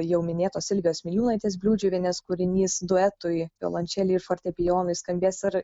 jau minėtos silvijos miliūnaitės bliūdžiuvienės kūrinys duetui violončelei ir fortepijonui skambės ir